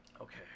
Okay